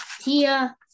Tia